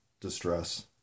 distress